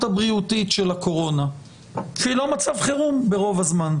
הבריאותית של הקורונה שהיא לא מצב חירום ברוב הזמן?